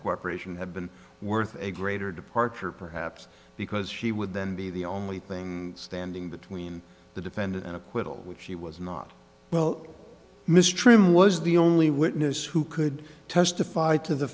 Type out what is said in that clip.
cooperation had been worth a greater departure perhaps because she would then be the only thing standing between the defendant and acquittal which she was not well mr trim was the only witness who could testify to the